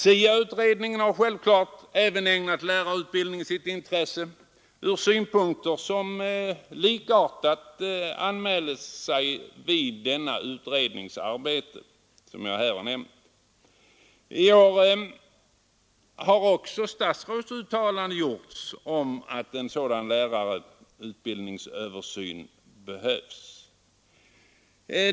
SIA-utredningen har självklart ägnat också lärarutbildningen sitt intresse ur synvinklar som naturligt anmäler sig i denna utrednings arbete. Även statsrådet har uttalat sig om att en översyn av lärarutbildningen behövs.